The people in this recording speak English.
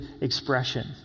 expression